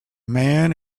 man